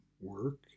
work